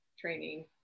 training